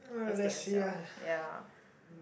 just take and sell ya